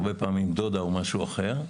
הרבה פעמים עם דודה או משהו אחר.